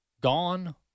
gone